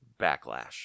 backlash